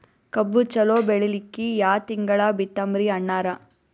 ಕಬ್ಬು ಚಲೋ ಬೆಳಿಲಿಕ್ಕಿ ಯಾ ತಿಂಗಳ ಬಿತ್ತಮ್ರೀ ಅಣ್ಣಾರ?